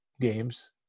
games